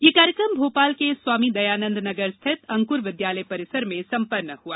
यह कार्यक्रम भोपाल के स्वामी दयानंद नगर स्थित अंकुर विद्यालय परिसर में सम्पन्न हुआ